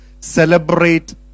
Celebrate